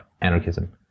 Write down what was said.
anarchism